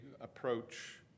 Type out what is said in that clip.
approach